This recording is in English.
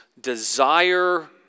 desire